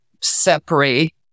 separate